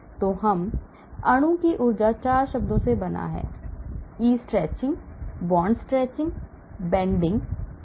तो हम अणु की ऊर्जा 4 शब्दों से बना है e stretching bond stretching bending torsion non bonded interactions